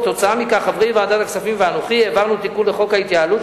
כתוצאה מכך חברי ועדת הכספים ואנוכי העברנו תיקון לחוק ההתייעלות,